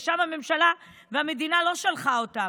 לשם הממשלה והמדינה לא שלחה אותם,